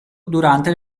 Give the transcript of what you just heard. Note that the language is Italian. durante